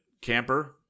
camper